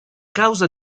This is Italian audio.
causa